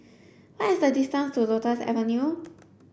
what is the distance to Lotus Avenue